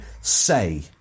say